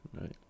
Right